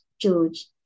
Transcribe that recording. George